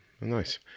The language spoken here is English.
Nice